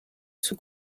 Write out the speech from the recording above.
sous